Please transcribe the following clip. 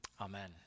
Amen